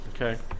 Okay